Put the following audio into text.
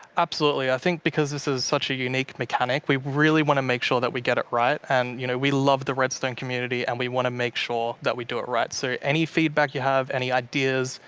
absolutely, i think because this is such a unique mechanic, we really want to make sure that we get it right. and you know we love the redstone community. and we want to make sure that we do it right. so any feedback you have, any ideas,